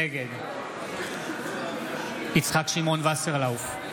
נגד יצחק שמעון וסרלאוף,